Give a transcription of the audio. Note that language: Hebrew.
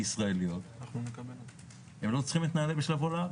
ישראליות הם לא צריכים את נעל"ה כדי לבוא לארץ.